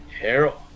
Harold